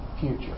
future